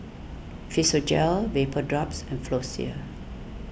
Physiogel Vapodrops and Floxia